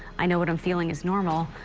i know what i'm feeling is normal.